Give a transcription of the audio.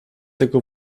tego